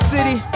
City